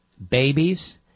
Babies